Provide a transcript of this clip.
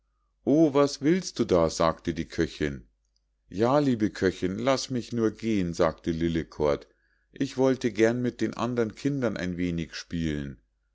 o was willst du da sagte die köchinn ja liebe köchinn laß mich nur gehen sagte lillekort ich wollte gern mit den andern kindern ein wenig spielen